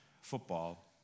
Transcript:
football